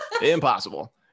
Impossible